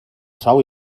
sou